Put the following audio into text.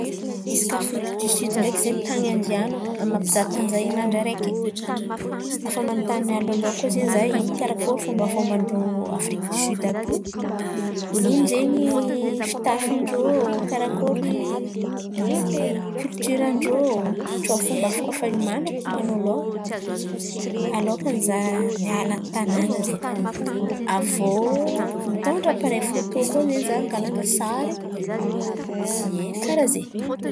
Izy kà Afrik disidy ndraiky zen̈y tany andihanako amin'ny maha mpizaha-tany izaho herinandra araiky, efa manontan̈y mialohaloha koa zen̈y izaho ino karakôry fômba fômban-drô afrik disidy àby io. Ino zen̈y fitafin-drô, karakôry kilitiran-drô, tsao fo mba afaka hioman̈ako mialohaloha alôkan'ny izaho miala an-tàn̈ana zen̈y. Avy iô mitôndra apareily fôtô koa zen̈y izaho angàlan̈a sary, kàraha zen̈y.